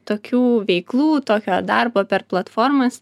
tokių veiklų tokio darbo per platformas